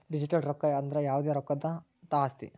digital ರೊಕ್ಕ ಅಂದ್ರ ಯಾವ್ದೇ ರೊಕ್ಕದಂತಹ ಆಸ್ತಿ